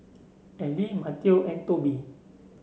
Allie Matteo and Tobi